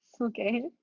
Okay